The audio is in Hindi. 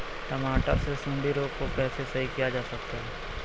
टमाटर से सुंडी रोग को कैसे सही किया जा सकता है?